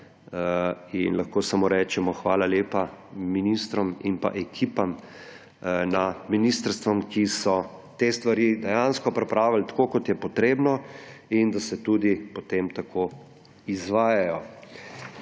In lahko samo rečemo hvala lepa ministrom in ekipam na ministrstvih, ki so te stvari dejansko pripravili, tako kot je potrebno in da se tudi potem tako izvajajo.